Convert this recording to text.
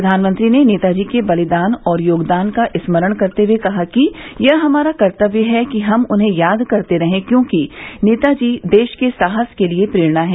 प्रधानमंत्री ने नेताजी के बलिदान और योगदान का स्मरण करते हुए कहा कि यह हमारा कर्तव्य है कि हम उन्हें याद करते रहें क्योंकि नेताजी देश के साहस के लिए प्रेरणा हैं